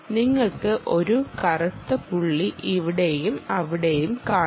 നിങ്ങൾക്ക് ഒരു കറുത്ത പുള്ളി ഇവിടെയും അവിടെയും കാണാം